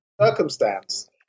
circumstance